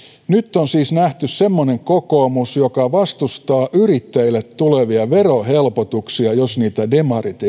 nyt on siis nähty semmoinen kokoomus joka vastustaa yrittäjille tulevia verohelpotuksia jos niitä demarit